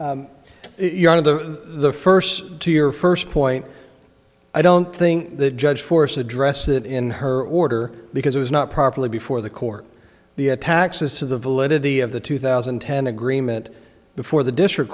of the first to your first point i don't think the judge force address it in her order because it was not properly before the court the taxes to the validity of the two thousand and ten agreement before the district